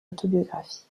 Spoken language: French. autobiographie